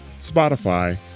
Spotify